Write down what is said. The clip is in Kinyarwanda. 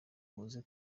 muze